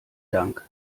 dank